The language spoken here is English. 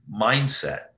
mindset